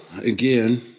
again